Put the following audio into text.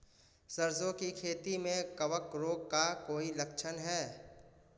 सरसों की खेती में कवक रोग का कोई लक्षण है?